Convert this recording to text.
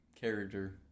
character